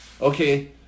Okay